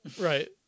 right